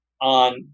on